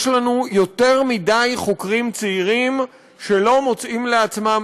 יש לנו יותר מדי חוקרים צעירים שלא מוצאים לעצמם